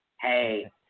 hey